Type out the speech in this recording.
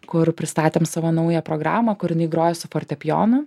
kur pristatėm savo naują programą kur jinai groja su fortepijonu